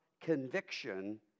conviction